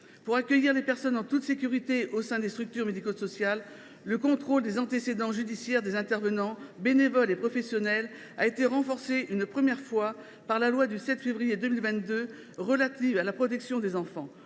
Pour accueillir les personnes en toute sécurité au sein des structures médico sociales, le contrôle des antécédents judiciaires des intervenants, bénévoles et professionnels, a été renforcé une première fois par la loi du 7 février 2022 relative à la protection des enfants.